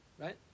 right